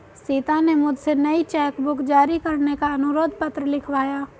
सीता ने मुझसे नई चेक बुक जारी करने का अनुरोध पत्र लिखवाया